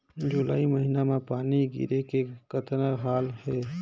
जुलाई महीना म पानी गिरे के कतना हाल हे?